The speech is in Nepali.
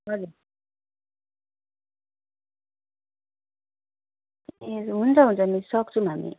हजुर ए हुन्छ हुन्छ मिस सक्छौँ हामी